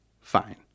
Fine